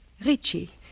Richie